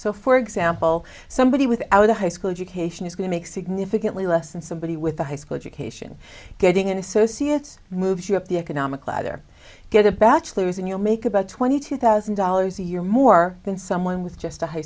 so for example somebody without a high school education is going to make significantly less than somebody with a high school education getting an associate's move up the economic ladder get a bachelor's and you'll make about twenty two thousand dollars a year more than someone with just a high